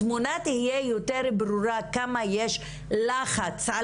התמונה תהיה יותר ברורה כמה לחץ יש על